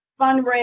fundraise